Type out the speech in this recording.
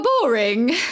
boring